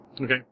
okay